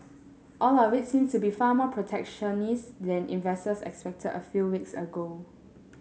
all of it seems to be far more protectionist than investors expected a few weeks ago